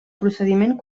procediment